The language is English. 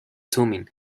thummim